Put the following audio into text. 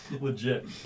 Legit